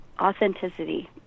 authenticity